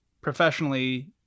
Professionally